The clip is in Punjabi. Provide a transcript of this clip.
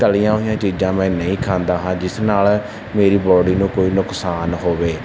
ਤਲੀਆਂ ਹੋਈਆਂ ਚੀਜ਼ਾਂ ਮੈਂ ਨਹੀਂ ਖਾਂਦਾ ਹਾਂ ਜਿਸ ਨਾਲ ਮੇਰੀ ਬਾਡੀ ਨੂੰ ਕੋਈ ਨੁਕਸਾਨ ਹੋਵੇ